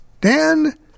Dan